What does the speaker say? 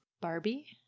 Barbie